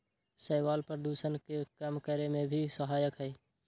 शैवाल प्रदूषण के कम करे में भी सहायक हई